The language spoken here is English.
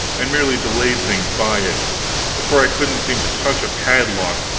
and merely delayed things by it for i couldn't seem to touch a padlock,